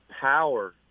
power